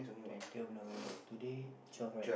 twentieth November today twelve right